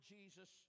Jesus